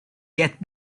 get